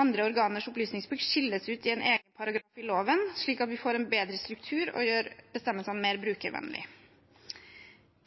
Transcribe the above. andre organers opplysningsplikt skilles ut i en egen paragraf i loven, slik at vi får en bedre struktur og gjør bestemmelsene mer brukervennlige.